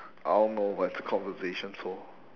I don't know but it's a conversation so